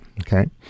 Okay